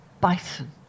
bison